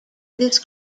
this